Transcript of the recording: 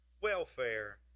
welfare